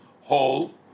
whole